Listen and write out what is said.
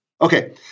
Okay